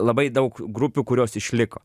labai daug grupių kurios išliko